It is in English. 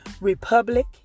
Republic